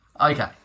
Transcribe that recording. Okay